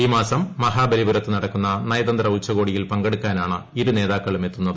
ഈ മാസം മഹാബലിപുരത്ത് നടക്കുന്ന നയതന്ത്ര ഉച്ചകോടിയിൽ പങ്കെടുക്കാനാണ് ഇരു നേതാക്കളും എത്തുന്നത്